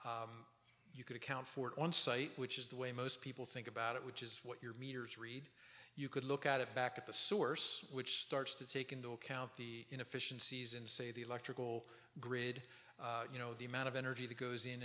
you could account for it on site which is the way most people think about it which is what you're meters read you could look at it back at the source which starts to take into account the inefficiencies in say the electrical grid you know the amount of energy that goes in